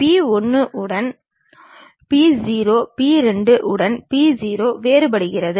P 1 உடன் P 0 P 2 உடன் P 0 வேறுபடுகிறது